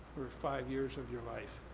five years of your life,